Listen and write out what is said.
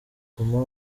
guma